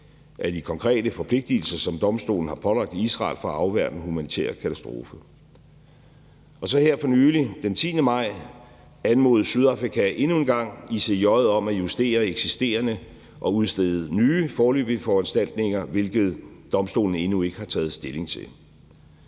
af de konkrete forpligtigelser, som domstolen har pålagt Israel for at afværge den humanitære katastrofe. Og så her for nylig, den 10. maj, anmodede Sydafrika endnu en gang ICJ om at justere eksisterende og udstede nye foreløbige foranstaltninger, hvilket domstolene endnu ikke har taget stilling til.